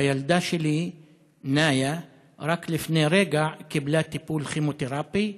והילדה שלי נאיה רק לפני רגע קיבלה טיפול כימותרפי.